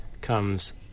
comes